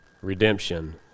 redemption